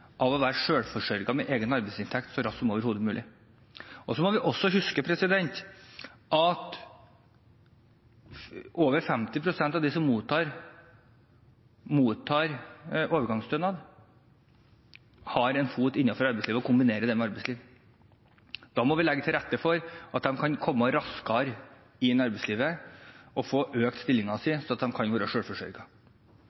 ved å være selvforsørget med egen arbeidsinntekt så raskt som overhodet mulig. Vi må også huske at over 50 pst. av dem som mottar overgangsstønad, har en fot innenfor arbeidslivet og kombinerer det med å være i arbeidslivet. Da må vi legge til rette for at de kan komme raskere inn i arbeidslivet og få økt stillingen sin, sånn at de kan være